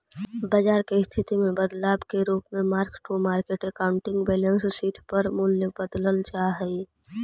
बाजार के स्थिति में बदलाव के रूप में mark to market accounting balance sheet पर मूल्य बदलल जा हई